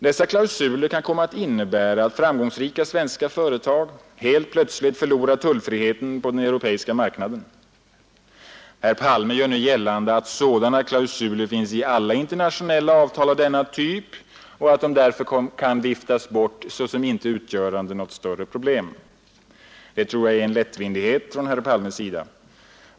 Dessa klausuler kan komma att innebära att framgångsrika svenska företag helt plötsligt förlorar tullfriheten på den europeiska marknaden. Herr Palme gör nu gällande att sådana klausuler finns i alla internationella avtal av denna typ och att de därför kan viftas bort såsom inte utgörande något större problem. Det tror är jag en lättvindighet från herr Palmes sida.